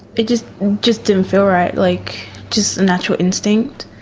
it just just didn't feel right, like just a natural instinct.